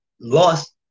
lost